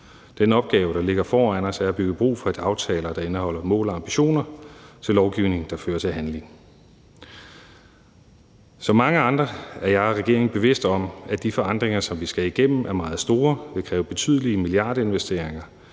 Den opgave, der ligger foran os, er at bygge bro, for at aftaler, der indeholder mål og ambitioner, ved lovgivning kan føre til handling. Som mange andre er jeg og regeringen bevidste om, at de forandringer, som vi skal igennem, er meget store, vil kræve betydelige milliardinvesteringer,